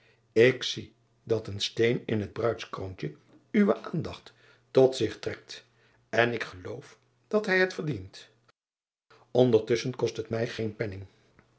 ik zie dat een steen in het bruidskroontje uwe aandacht tot zich trekt en ik geloof dat hij het verdient ndertusschen kost hij mij geen penning